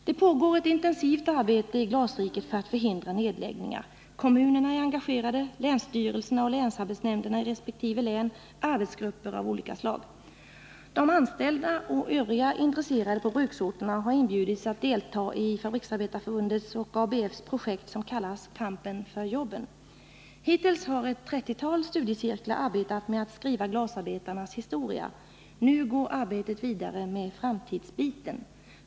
Det pågår ett intensivt arbete i glasriket för att förhindra nedläggningar, Kommunerna, länsstyrelserna, länsarbetsnämnderna i resp. län samt arbetsgrupper av olika slag är engagerade. De anställda och övriga intresserade på bruksorterna har inbjudits att delta i Fabriksarbetareförbundets och ABF:s projekt som kallas Kampen för jobben. Hittills har ett trettiotal studiecirklar arbetat med att skriva glasarbetarnas historia. Nu går arbetet vidare med ”framtidsbiten”.